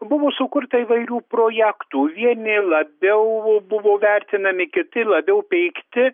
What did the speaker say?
buvo sukurta įvairių projektų vieni labiau buvo vertinami kiti labiau peikti